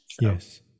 Yes